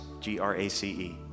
G-R-A-C-E